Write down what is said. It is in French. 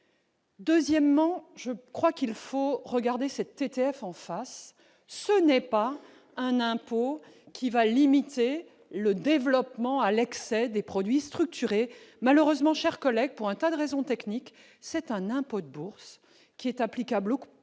deuxièmement, je crois qu'il faut regarder cette TTF en face, ce n'est pas un impôt qui va limiter le développement à l'excès des produits structurés malheureusement chers collègues pour un tas de raisons techniques, c'est un impôt de bourse qui est applicable au produit